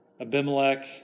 Abimelech